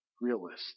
realist